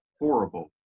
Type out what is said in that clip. horrible